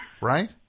right